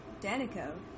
Danico